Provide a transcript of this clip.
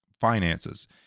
finances